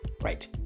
right